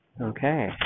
Okay